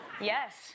Yes